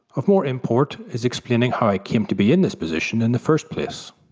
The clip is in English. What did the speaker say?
of more import is explaining how i came to be in this position in the first place.